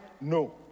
No